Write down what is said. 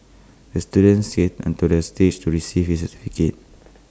the student skated onto the stage to receive his